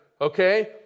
Okay